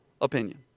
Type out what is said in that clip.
opinion